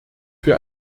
für